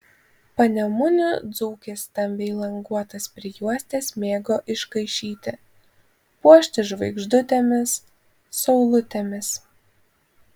panemunių dzūkės stambiai languotas prijuostes mėgo iškaišyti puošti žvaigždutėmis saulutėmis